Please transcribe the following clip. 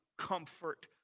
comfort